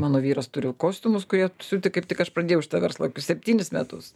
mano vyras turi kostiumus kurie siūti kaip tik aš pradėjau šitą verslą kokius septynis metus